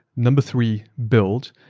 number three, build,